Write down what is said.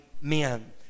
men